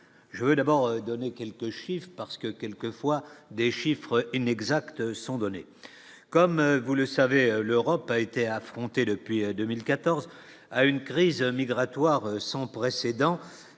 je veux d'abord donner quelques chiffres parce que quelques fois des chiffres inexacts sont donnés comme vous le savez, l'Europe a été affronter depuis 2014 à une crise migratoire son précédent,